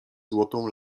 złotą